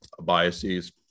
biases